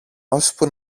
ώσπου